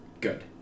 Good